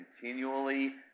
continually